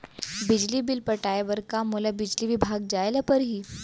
बिजली बिल पटाय बर का मोला बिजली विभाग जाय ल परही?